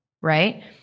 right